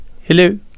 Hello